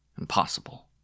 Impossible